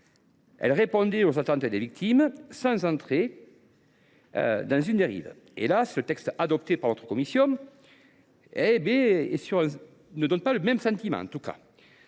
Elle répondait aux attentes des victimes, sans entrer dans une dérive. Hélas ! le texte adopté par notre commission des lois ne donne pas le même sentiment. Notre